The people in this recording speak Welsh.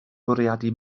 bwriadu